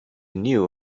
knew